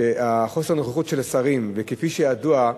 שחוסר הנוכחות של השרים, וכפי שידוע,